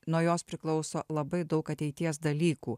nuo jos priklauso labai daug ateities dalykų